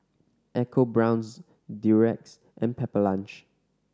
EcoBrown's Durex and Pepper Lunch